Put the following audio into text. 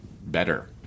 better